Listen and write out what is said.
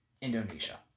Indonesia